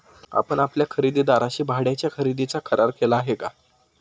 आपण आपल्या खरेदीदाराशी भाड्याच्या खरेदीचा करार केला आहे का?